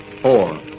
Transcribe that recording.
Four